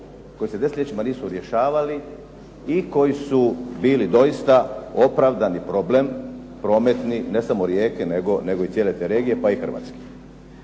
koji se desetljećima nisu rješavali i koji su bili doista opravdani problem prometni ne samo Rijeke nego i cijele te regije pa i Hrvatske.